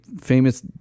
famous